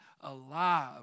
alive